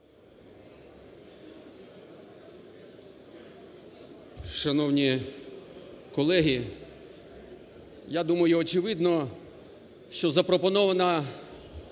Шановні колеги! Я думаю, очевидно, що запропонована